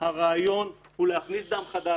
הרעיון הוא להכניס דם חדש,